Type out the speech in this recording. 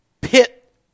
pit